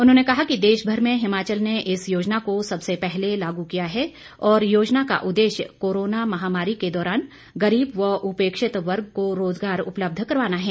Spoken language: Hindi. उन्होंने कहा कि देशभर में हिमाचल ने इस योजना को सबसे पहले लागू किया है और योजना का उद्देश्य कोरोना महामारी के दौरान गरीब व उपेक्षित वर्ग को रोजगार उपलब्ध करवाना है